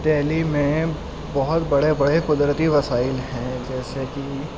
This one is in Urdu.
دہلی میں بہت بڑے بڑے قدرتی وسائل ہیں جیسے کہ